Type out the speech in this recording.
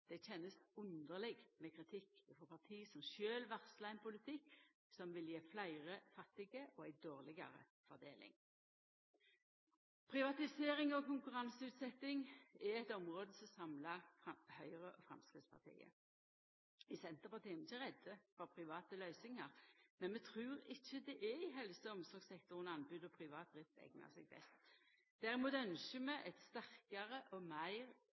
Det kjennest underleg med kritikk frå parti som sjølve varslar ein politikk som vil gje fleire fattige og ei dårlegare fordeling. Privatisering og konkurranseutsetjing er eit område som samlar Høgre og Framstegspartiet. I Senterpartiet er vi ikkje redde for private løysingar, men vi trur ikkje det er i helse- og omsorgssektoren anbod og privat drift eignar seg best. Derimot ynskjer vi eit sterkare og meir